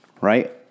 right